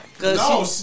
No